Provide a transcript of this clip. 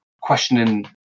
questioning